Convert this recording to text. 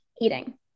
eating